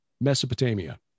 Mesopotamia